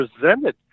presented